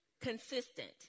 Consistent